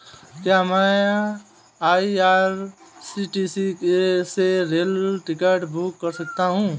क्या मैं आई.आर.सी.टी.सी से रेल टिकट बुक कर सकता हूँ?